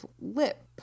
lip